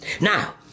Now